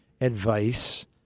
advice